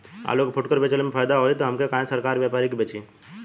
आलू के फूटकर बेंचले मे फैदा होई त हम काहे सरकारी व्यपरी के बेंचि?